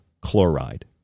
chloride